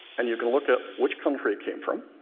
and you can look at which country it came from,